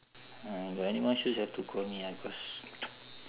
ah you got any more shoots have to call me ah cause